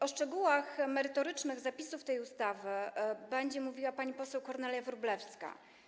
O szczegółach merytorycznych zapisów tej ustawy będzie mówiła pani poseł Kornelia Wróblewska.